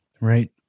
Right